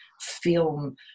film